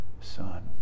Son